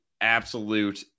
absolute